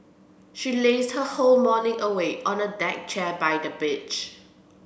she lazed her whole morning away on a deck chair by the beach